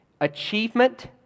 achievement